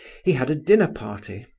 he had a dinner party.